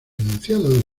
enunciado